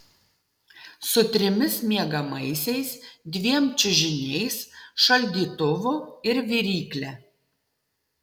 su trimis miegamaisiais dviem čiužiniais šaldytuvu ir virykle